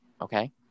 okay